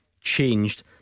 Changed